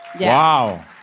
Wow